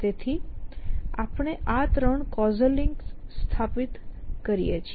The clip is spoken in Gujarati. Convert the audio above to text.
તેથી આપણે આ 3 કૉઝલ લિંક્સ સ્થાપિત કરીએ છીએ